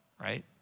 right